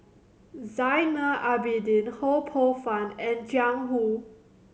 Zainal Abidin Ho Poh Fun and Jiang Hu